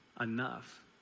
enough